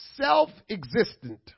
self-existent